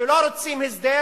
שלא רוצים הסדר